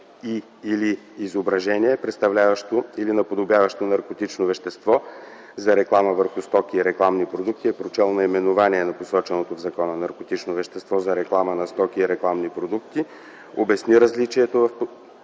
и/или изображение, представляващо или наподобяващо наркотично вещество, за реклама върху стоки и рекламни продукти” е прочел „наименование на посочено в закона наркотично вещество, за реклама на стоки и рекламни продукти”, обясни различието в